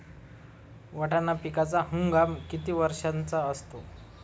वाटाणा पिकाचा हंगाम किती दिवसांचा असतो?